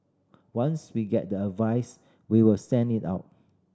once we get the advice we will send it out